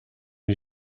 die